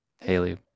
Haley